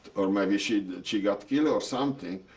or maybe she she got killed or something.